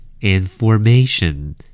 Information